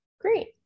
Great